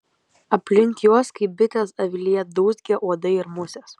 aplink juos kaip bitės avilyje dūzgia uodai ir musės